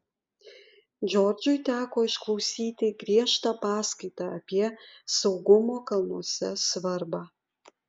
džordžui teko išklausyti griežtą paskaitą apie saugumo kalnuose svarbą